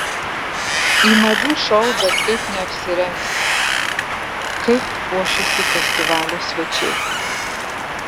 į madų šou bet kaip neapsirengsi kaip puošėsi festivalio svečiai